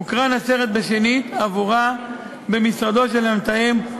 הוקרן הסרט שנית עבורה במשרדו של המתאם,